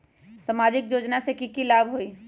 सामाजिक योजना से की की लाभ होई?